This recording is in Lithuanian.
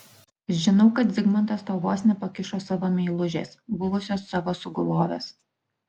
žinau kad zigmantas tau vos nepakišo savo meilužės buvusios savo sugulovės